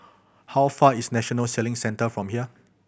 how far is National Sailing Centre from here